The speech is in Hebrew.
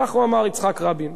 כך הוא אמר, יצחק רבין.